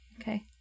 Okay